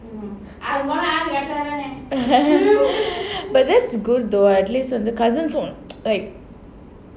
but that's good though at least the cousins like